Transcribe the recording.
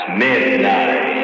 midnight